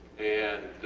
and